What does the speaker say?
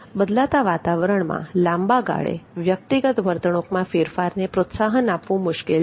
બદલાતા વાતાવરણમાં લાંબા ગાળે વ્યક્તિગત વર્તણૂંકમાં ફેરફારને પ્રોત્સાહન આપવું મુશ્કેલ છે